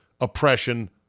oppression